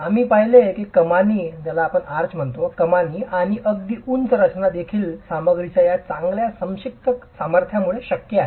आम्ही पाहिले की कमानी आणि अगदी उंच रचना देखील सामग्रीच्या या चांगल्या संक्षिप्त सामर्थ्यामुळे शक्य आहेत